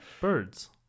Birds